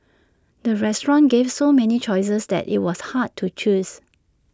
the restaurant gave so many choices that IT was hard to choose